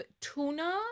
tuna